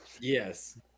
Yes